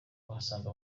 uhasanga